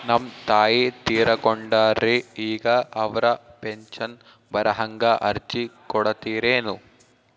ನಮ್ ತಾಯಿ ತೀರಕೊಂಡಾರ್ರಿ ಈಗ ಅವ್ರ ಪೆಂಶನ್ ಬರಹಂಗ ಅರ್ಜಿ ಕೊಡತೀರೆನು?